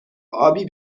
ابی